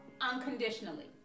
unconditionally